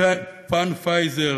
פן פרייז,